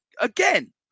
Again